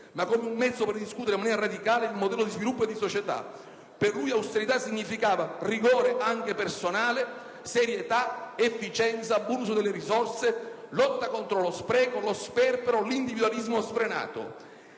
ma come un mezzo per ridiscutere in maniera radicale il modello di sviluppo e di società. Per lui austerità significava rigore (anche personale), serietà, efficienza, buon uso delle risorse, lotta contro lo spreco, lo sperpero, l'individualismo sfrenato.